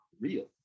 real